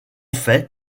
fait